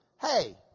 Hey